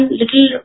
little